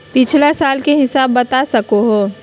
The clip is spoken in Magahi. पिछला साल के हिसाब बता सको हो?